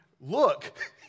Look